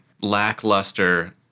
lackluster